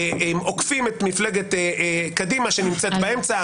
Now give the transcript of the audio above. עוקפים את מפלגת קדימה שנמצאת באמצע,